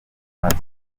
maze